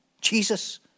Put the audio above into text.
Jesus